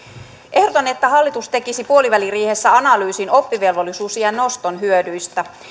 ehdotan että hallitus tekisi puoliväliriihessä analyysin oppivelvollisuusiän noston hyödyistä